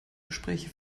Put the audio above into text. gespräche